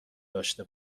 داشته